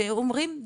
שאומרים,